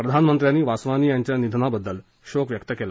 प्रधानमंत्र्यांनी वासवानी यांच्या निधनाबद्दल शोक व्यक्त केला